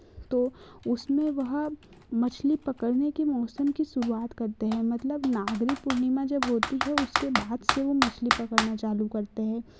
तो उसमें वह मछली पकड़ने के मौसम की मौसम की शुरुआत करते हैं मतलब नागरी पूर्णिमा जब होती है उसके बाद से वह मछली पकड़ना चालू करते हैं